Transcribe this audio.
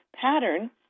pattern